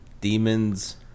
Demons